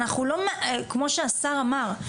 כמו שהשר אמר,